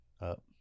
up